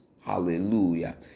Hallelujah